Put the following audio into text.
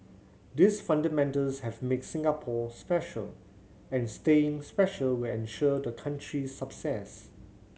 these fundamentals have make Singapore special and staying special will ensure the country's